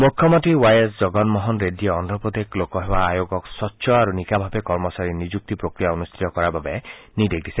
মুখ্যমন্ত্ৰী Y S Jagmohan ৰেড্ডীয়ে অদ্ৰপ্ৰদেশ লোকসেৱা আয়োগক স্বচ্ছ আৰু নিকা ভাৱে কৰ্মচাৰী নিযুক্তি প্ৰক্ৰিয়া অনুষ্ঠিত কৰাৰ বাবে নিৰ্দেশ দিছে